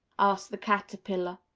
asked the caterpillar.